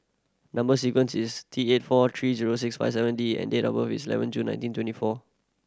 number sequence is T eight four three zero six five seven D and date of birth is eleven June nineteen twenty four